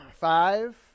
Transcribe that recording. Five